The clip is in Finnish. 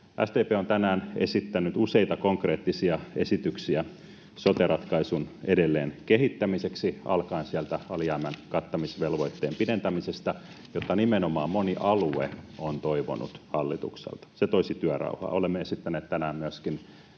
SDP on tänään esittänyt useita konkreettisia esityksiä sote-ratkaisun edelleenkehittämiseksi alkaen sieltä alijäämän kattamisvelvoitteen pidentämisestä, jota nimenomaan moni alue on toivonut hallitukselta. Se toisi työrauhaa. Olemme esittäneet tänään myöskin